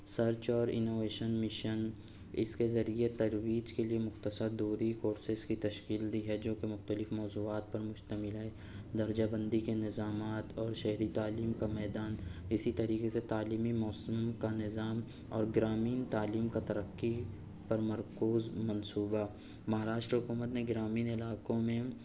search اور innovation mission اس کے ذریعے تجویز کے لیے مختصر دوری فورسیز کی تشکیل دی ہے جو کہ مختلف موضوعات پر مشتمل ہے درجہ بندی کے نظامات اور شہری تعلیم کا میدان اسی طریقے سے تعلیمی موسموں کا نظام اور گرامین تعلیم کا ترقی پر مرکوز منصوبہ مہاراشٹر حکومت نے گرامین علاقوں میں